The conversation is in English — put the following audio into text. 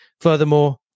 Furthermore